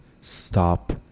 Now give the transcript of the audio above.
Stop